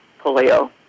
polio